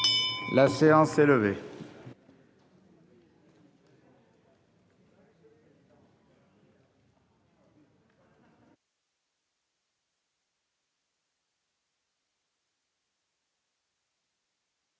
La séance est levée.